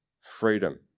freedom